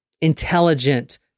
intelligent